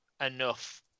enough